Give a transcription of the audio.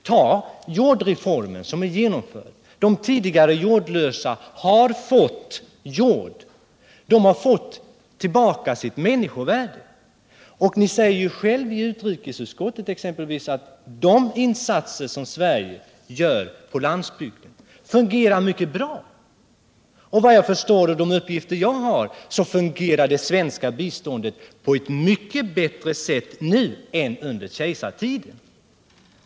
Ta den jordreform som genomförts som exempel! De tidigare jordlösa har fått jord. De har fått tillbaka sitt människovärde. Och ni säger ju själv i utrikesutskottet exempelvis att de insatser som Sverige gör på landsbygden fungerar mycket bra. Vad jag förstår av de uppgifter jag har så fungerar det svenska biståndet på ett mycket bättre sätt nu än under kejsartiden.